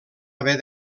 haver